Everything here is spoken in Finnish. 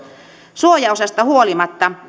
suojaosasta huolimatta